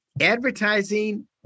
Advertising